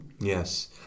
Yes